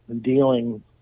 dealing